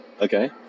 Okay